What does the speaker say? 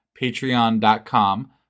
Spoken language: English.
patreon.com